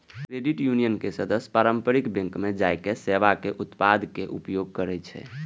credit union के सदस्य पारंपरिक बैंक जकां सेवा आ उत्पादक उपयोग करै छै